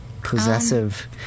Possessive